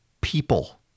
people